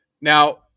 Now